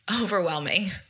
overwhelming